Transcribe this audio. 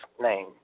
name